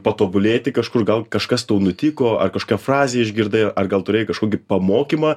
patobulėti kažkur gal kažkas tau nutiko ar kašokią frazę išgirdai ar gal turėjai kažkokį pamokymą